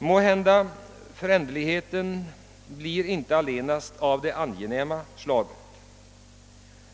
Måhända blir föränderligheten inte allenast av det angenäma slaget.